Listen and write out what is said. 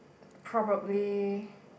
probably